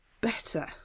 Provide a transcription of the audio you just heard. better